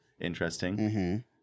interesting